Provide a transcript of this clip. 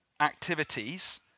activities